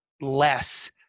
less